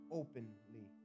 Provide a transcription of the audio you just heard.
openly